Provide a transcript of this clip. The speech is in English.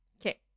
okay